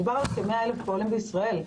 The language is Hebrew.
מדובר על כ-100,000 פועלים בישראל,